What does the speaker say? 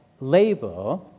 labor